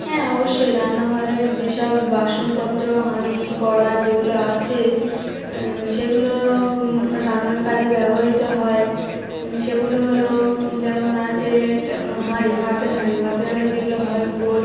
হ্যাঁ অবশ্যই রান্নাঘরের যেসব বাসনপত্র হাঁড়ি কড়া যেগুলো আছে সেগুলো রান্নার কাজে ব্যবহৃত হয় সেগুলো হলো যেমন আছে একটা হাঁড়ি ভাতের হাঁড়ি ভাতের হাঁড়ি যেগুলো হয় গোল